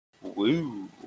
Woo